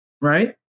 right